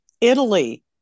Italy